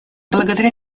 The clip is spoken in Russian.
благодаря